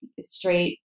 straight